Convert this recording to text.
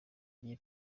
gihe